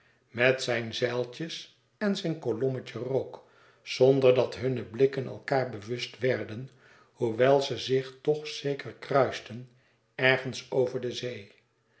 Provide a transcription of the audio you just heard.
met zijn zeiltjes en zijn kolommetje rook zonder dat hunne blikken elkaâr bewust werden hoewel ze zich toch zeker kruisten ergens over de zee